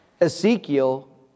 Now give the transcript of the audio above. Ezekiel